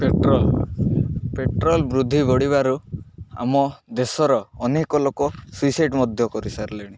petrol petrol ବୃଦ୍ଧି ବଢ଼ିବାରୁ ଆମ ଦେଶର ଅନେକ ଲୋକ ସୁଇସାଇଡ଼୍ ମଧ୍ୟ କରିସାରିଲେଣି